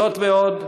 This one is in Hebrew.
זאת ועוד,